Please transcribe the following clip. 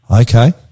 Okay